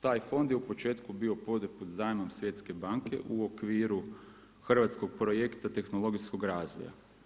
Taj fond je u početku bio poduprt zajmom Svjetske banke u okviru hrvatskog projekta tehnologijskog razvoja.